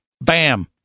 Bam